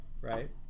right